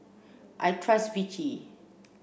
I trust Vichy